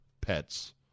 pets